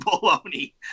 bologna